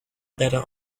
better